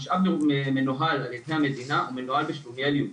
כשמשאב מנוהל על ידי המדינה הוא מנוהל בשלומיאליות.